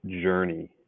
Journey